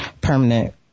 permanent